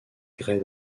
grès